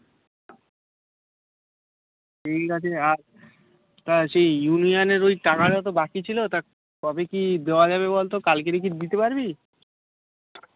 ঠিক আছে আর তা সেই ইউনিয়ানের ওই টাকাটা তো বাকি ছিলো তা কবে কী দেওয়া যাবে বলতো কালকেরে কি দিতে পারবি